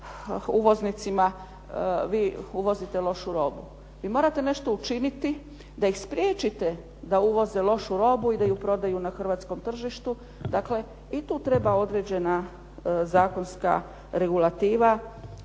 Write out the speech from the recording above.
uvoznicima vi uvozite lošu robu. Vi morate nešto učiniti da ih spriječite da uvoze lošu robu i da ju prodaju na hrvatskom tržištu. Dakle, i tu treba određena zakonska regulativa,